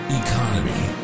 economy